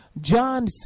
John